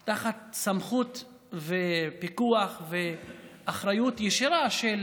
הם תחת סמכות ופיקוח ואחריות ישירה של